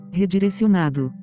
redirecionado